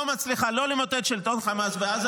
לא מצליחה למוטט את שלטון חמאס בעזה,